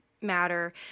matter